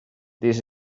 this